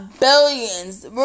billions